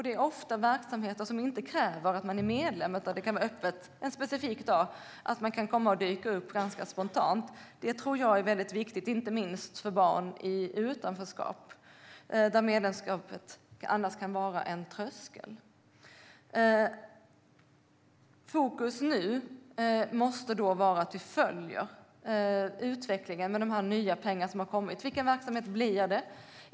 Det är ofta verksamheter som inte kräver att man är medlem, utan det kan vara öppet - en specifik dag kan man dyka upp ganska spontant. Det tror jag är väldigt viktigt, inte minst för barn i utanförskap, där medlemskapet annars kan vara en tröskel. Fokus nu måste vara att vi följer utvecklingen med de nya pengar som har kommit. Vilken verksamhet blir det?